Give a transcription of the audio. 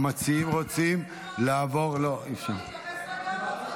המציעים רוצים לעבור --- אפשר להתייחס למשהו?